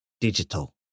Digital